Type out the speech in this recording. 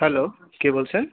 hello কে বলছেন